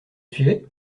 suivez